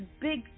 big